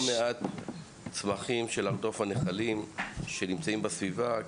אני שמתי לב שיש לא מעט צמחים של הרדוף הנחלים שנמצאים בסביבה.